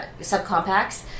subcompacts